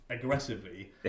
Aggressively